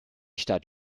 stadt